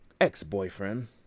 ex-boyfriend